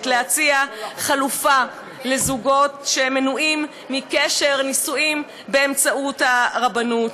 להציע חלופה לזוגות שמנועים מקשר נישואים באמצעות הרבנות.